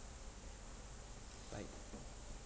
bye